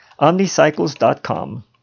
Omnicycles.com